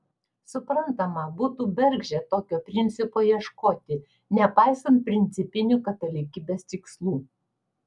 suprantama būtų bergždžia tokio principo ieškoti nepaisant principinių katalikybės tikslų